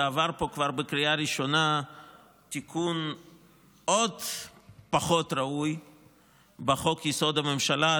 ועבר פה כבר בקריאה ראשונה תיקון עוד פחות ראוי בחוק-יסוד: הממשלה,